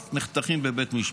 בוודאי נחתכים בסוף בבית משפט.